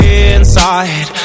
inside